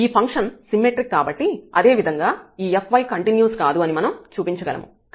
ఈ function symmetric కాబట్టి అదేవిధంగా ఈ fy కంటిన్యూస్ కాదు అని మనం చూపించగలము